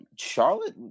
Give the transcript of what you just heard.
Charlotte